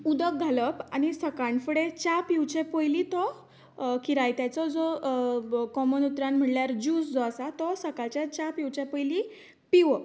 उदक घालप आनी सकाळ फुडें च्या पिवचें पयली तो किरायत्याचो जो कॉमन उतरान म्हळ्यार ज्यूस जो आसा तो सकाळच्या च्या पिवच्या पयली पिवप